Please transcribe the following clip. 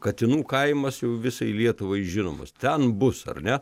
katinų kaimas jau visai lietuvai žinomas ten bus ar ne